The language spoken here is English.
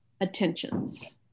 attentions